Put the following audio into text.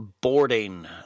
boarding